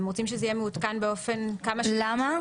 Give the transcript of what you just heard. הם רוצים שזה יהיה מעודכן באופן -- -כמה שיותר --- למה?